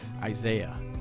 Isaiah